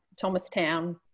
Thomastown